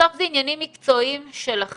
בסוף זה עניינים מקצועיים שלכם,